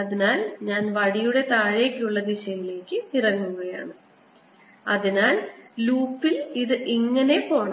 അതിനാൽ ഞാൻ വടിയുടെ താഴേക്കുള്ള ദിശയിലേക്ക് ഇറങ്ങണം അതിനാൽ ലൂപ്പിൽ ഇത് ഇങ്ങനെ പോകണം